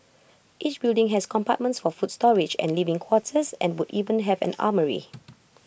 each building has compartments for food storage and living quarters and would even have an armoury